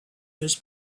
his